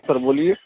سر بولیے